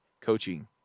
coaching